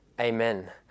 Amen